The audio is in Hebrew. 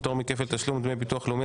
פטור מכפל תשלום דמי ביטוח לאומי),